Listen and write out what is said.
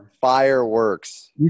Fireworks